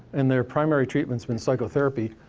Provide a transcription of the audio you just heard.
and their primary treatment's been psychotherapy,